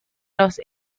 los